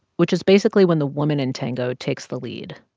which is, basically, when the woman in tango takes the lead.